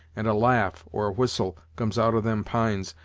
and a laugh, or a whistle, comes out of them pines,